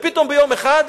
ופתאום, ביום אחד,